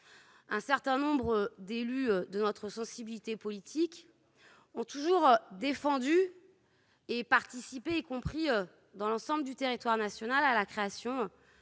un certain nombre d'élus de notre sensibilité politique ont toujours défendu, sur l'ensemble du territoire national, la création